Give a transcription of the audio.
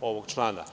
ovog člana.